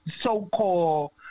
so-called